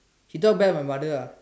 he talk bad about my mother ah